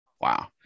wow